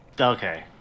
okay